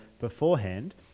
beforehand